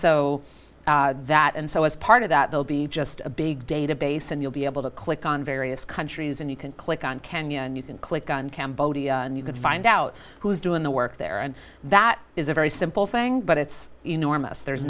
so that and so as part of that they'll be a big database and you'll be able to click on various countries and you can click on kenya and you can click on cambodia and you can find out who's doing the work there and that is a very simple thing but it's enormous there